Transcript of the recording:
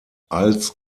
als